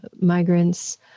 migrants